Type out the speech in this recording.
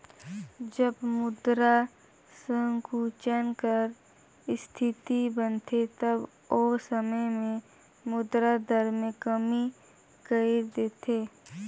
जब मुद्रा संकुचन कर इस्थिति बनथे तब ओ समे में मुद्रा दर में कमी कइर देथे